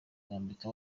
kwambika